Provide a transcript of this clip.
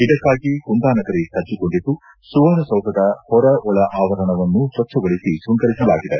ಇದಕ್ಕಾಗಿ ಕುಂದಾನಗರಿ ಸಜ್ಜುಗೊಂಡಿದ್ದು ಸುವರ್ಣಸೌಧದ ಹೊರ ಒಳ ಆವರಣವನ್ನು ಸ್ವಚ್ವಗೊಳಿಸಿ ಕೃಂಗರಿಸಲಾಗಿದೆ